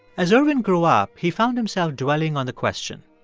as ervin grew up, he found himself dwelling on the question,